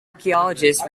archaeologists